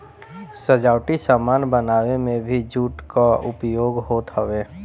सजावटी सामान बनावे में भी जूट कअ उपयोग होत हवे